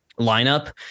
lineup